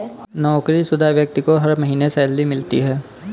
नौकरीशुदा व्यक्ति को हर महीने सैलरी मिलती है